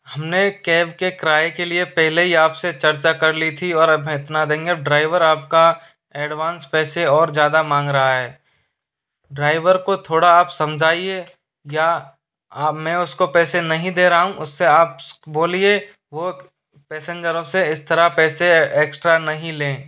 हमने कैब के किराए के लिए पहले ही आपसे चर्चा कर ली थी और अब इतना देंगे ड्राइवर आपका एडवांस पैसे और ज़्यादा मांग रहा है ड्राइवर को थोड़ा आप समझाइये या अब मैं उसको पैसे नहीं दे रहा हूँ उससे आप बोलिए वो पैसेंजरों से इस तरह पैसे एक्स्ट्रा नहीं लें